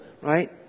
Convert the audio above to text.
Right